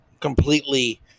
completely